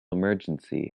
emergency